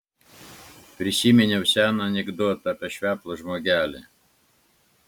prisiminiau seną anekdotą apie šveplą žmogelį